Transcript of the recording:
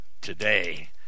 today